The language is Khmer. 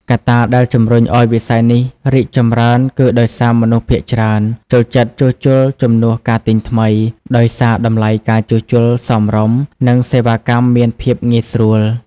កត្តាដែលជម្រុញឱ្យវិស័យនេះរីកចម្រើនគឺដោយសារមនុស្សភាគច្រើនចូលចិត្តជួសជុលជំនួសការទិញថ្មី ដោយសារតម្លៃការជួសជុលសមរម្យ និងសេវាកម្មមានភាពងាយស្រួល។